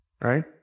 Right